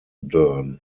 dern